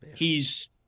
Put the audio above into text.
hes